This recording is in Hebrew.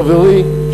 חברי,